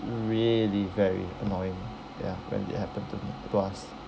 really very annoying ya when it happened to me to us